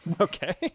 Okay